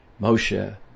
Moshe